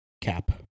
cap